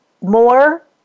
more